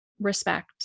respect